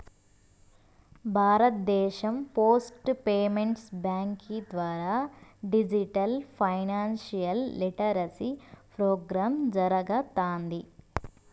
భారతదేశం post payments బ్యాంకీ ద్వారా డిజిటల్ ఫైనాన్షియల్ లిటరసీ ప్రోగ్రామ్ జరగతాంది